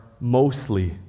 mostly